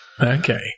Okay